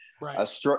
Right